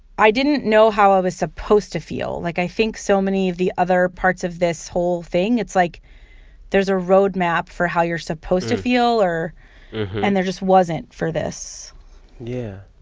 i didn't know how i was supposed to feel. like, i think so many of the other parts of this whole thing it's like there's a roadmap for how you're supposed to feel or and there just wasn't for this yeah.